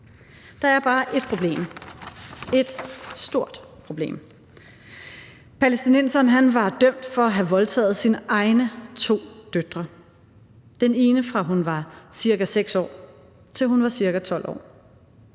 Der er bare et problem – et stort problem. Palæstinenseren var dømt for at have voldtaget sine egne to døtre, den ene, fra hun var ca. 6 år, til hun var ca. 12 år.